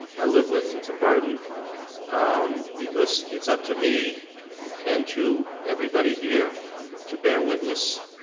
i live with. it's a burden um because it's up to me and to everybody here to bare witness.